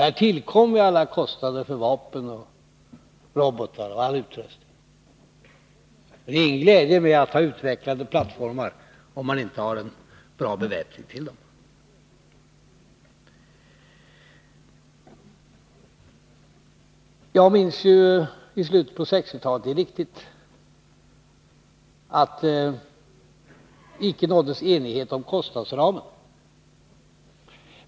Här tillkommer ju alla kostnader för vapen, robotar och all utrustning. Det är ingen glädje med att ha utvecklade plattformar, om man inte har en bra beväpning till dem. Det är riktigt att det i slutet på 1960-talet icke nåddes enighet om kostnadsramen.